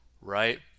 right